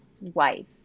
wife